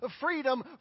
freedom